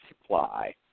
Supply